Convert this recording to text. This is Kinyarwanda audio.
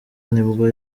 nibwo